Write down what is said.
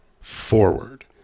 forward